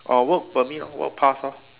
orh work permit work pass ah